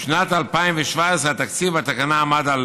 בשנת 2017 התקציב בתקנה עמד על